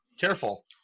careful